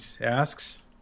asks